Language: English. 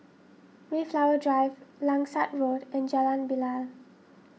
Mayflower Drive Langsat Road and Jalan Bilal